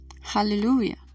hallelujah